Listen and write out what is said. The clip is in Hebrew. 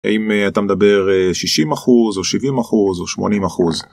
אם אתה מדבר 60 אחוז או 70 אחוז או 80 אחוז.